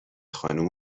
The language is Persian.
خانم